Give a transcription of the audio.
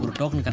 token